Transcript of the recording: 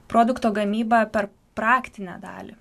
produkto gamyba per praktinę dalį